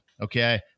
okay